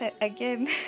again